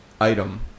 item